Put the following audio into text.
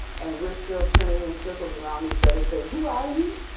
and we're still turning in circles around each other saying who are you!